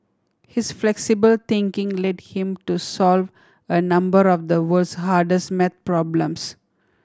his flexible thinking led him to solve a number of the world's hardest math problems